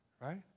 right